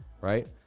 right